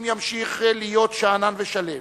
אם ימשיך להיות שאנן ושלו,